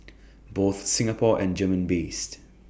both Singapore and German based